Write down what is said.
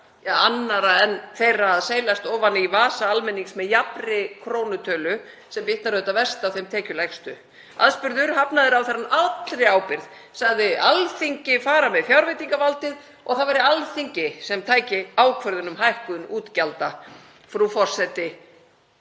annarrar en þeirrar að seilast ofan í vasa almennings með jafnri krónutölu sem bitnar auðvitað verst á þeim tekjulægstu. Aðspurður hafnaði ráðherrann allri ábyrgð, sagði Alþingi fara með fjárveitingavaldið og að það væri Alþingi sem tæki ákvörðun um hækkun útgjalda. Frú forseti.